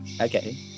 okay